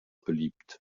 beliebt